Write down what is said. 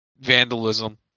vandalism